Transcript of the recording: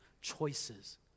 choices